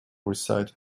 recited